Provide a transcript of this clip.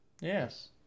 Yes